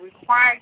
required